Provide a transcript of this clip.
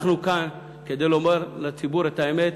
אנחנו כאן כדי לומר לציבור את האמת,